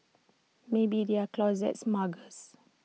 maybe they are closet muggers